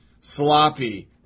Sloppy